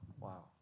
wow